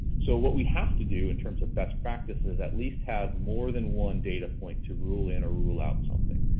so what we have to do in terms of best practice is at least have more than one data point to rule in or rule out something.